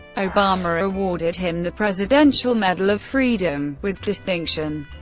obama awarded him the presidential medal of freedom, with distinction.